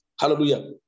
Hallelujah